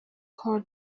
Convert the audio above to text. کار